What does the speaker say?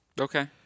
Okay